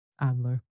Adler